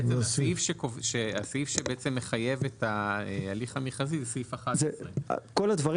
הסעיף שמחייב את ההליך המכרזי זה סעיף 11. בעצם ההוראות